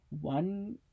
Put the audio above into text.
one